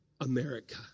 America